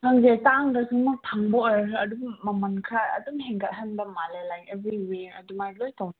ꯈꯪꯗꯦ ꯐꯪꯕ ꯑꯣꯏꯔꯒ ꯑꯗꯨꯝ ꯃꯃꯟ ꯈꯔ ꯑꯗꯨꯝ ꯍꯦꯟꯒꯠꯍꯟꯕ ꯃꯥꯜꯂꯦ ꯂꯥꯏꯛ ꯑꯦꯕ꯭ꯔꯤꯋꯤꯌꯔ ꯑꯗꯨꯃꯥꯏ ꯂꯣꯏ ꯇꯧꯏ